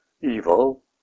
evil